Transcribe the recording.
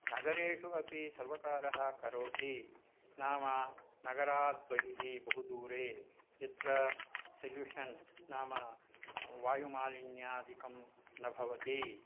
नगरेषु अपि सर्वकारः करोति नाम नगरात् बहिः बहु दूरे यत्र सोल्यूषन् नाम वायुमालिन्यादिकं न भवति